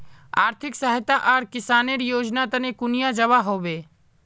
आर्थिक सहायता आर किसानेर योजना तने कुनियाँ जबा होबे?